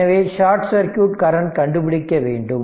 எனவே short circuit current கண்டுபிடிக்க வேண்டும்